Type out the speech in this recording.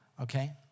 okay